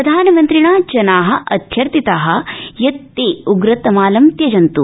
प्रधानमन्त्रिणा जना अध्यर्थिता यत् ते उग्रतमालं त्यजन्त्